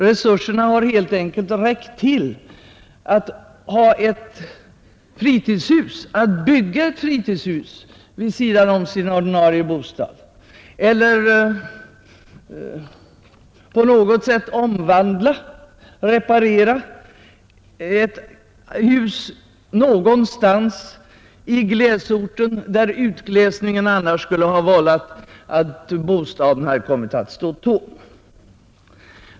Resurserna har helt enkelt räckt till för människorna att bygga ett fritidshus eller till att på något sätt omvandla eller reparera hus i glesorterna, där utglesningen annars skulle ha medfört att många bostäder kommit att stå tomma.